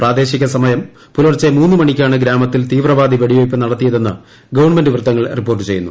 പ്രാദേശിക സമയം പുലർച്ചെ മൂന്ന് മണിക്കാണ് ഗ്രാമത്തിൽ തീവ്രവാദി വെടിവെയ്പ് നടത്തിയതെന്ന് ഗവൺമെന്റ് വൃത്തങ്ങൾ റിപ്പോർട്ട് ചെയ്യുന്നു